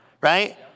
right